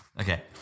Okay